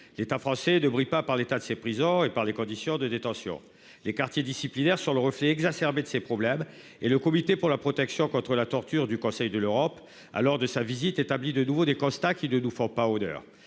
l'État français de bruit, pas par l'état de ses prisons et par les conditions de détention, les quartiers disciplinaires sur le reflet exacerbé de ces problèmes et le comité pour la protection contre la torture du Conseil de l'Europe. Ah. Lors de sa visite établi de nouveaux des constats qui ne nous font pas honneur